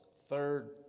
third